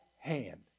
hand